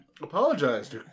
apologized